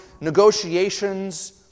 negotiations